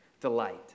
delight